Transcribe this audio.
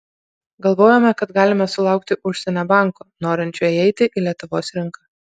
galvojome kad galime sulaukti užsienio banko norinčio įeiti į lietuvos rinką